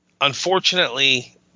unfortunately